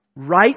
right